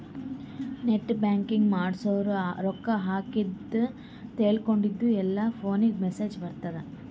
net banking ಮಾಡ್ಸುರ್ ರೊಕ್ಕಾ ಹಾಕಿದ ತೇಕೊಂಡಿದ್ದು ಎಲ್ಲಾ ಫೋನಿಗ್ ಮೆಸೇಜ್ ಬರ್ತುದ್